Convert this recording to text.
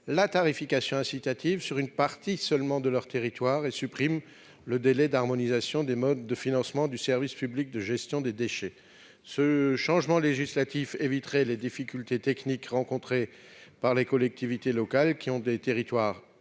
la tarification incitative sur une partie seulement de leur territoire et supprime le délai d'harmonisation des modes de financement du service public de gestion des déchets. Ce changement législatif éviterait les difficultés techniques rencontrées par les collectivités locales, qui ont des territoires